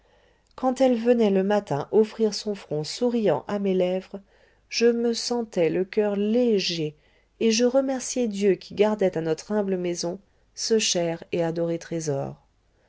quand elle venait le matin offrir son front souriant à mes lèvres je me sentais le coeur léger et je remerciais dieu qui gardait à notre humble maison ce cher et adoré trésor